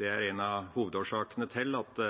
Det er en av hovedårsakene til at